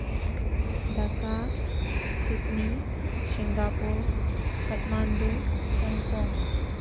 Dhaka Sydney Singapore Kathmandu Hong Kong